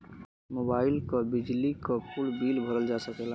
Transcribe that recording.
mobile क, बिजली क, कुल बिल भरल जा सकला